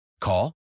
Call